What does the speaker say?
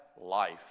life